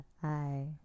Hi